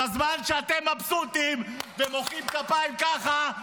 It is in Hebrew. בזמן שאתם מבסוטים ומוחאים כפיים ככה,